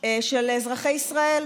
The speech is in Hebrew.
של אזרחי ישראל.